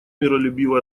миролюбиво